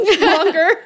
longer